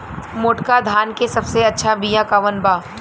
मोटका धान के सबसे अच्छा बिया कवन बा?